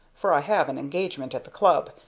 for i have an engagement at the club,